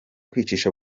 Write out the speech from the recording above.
kwicisha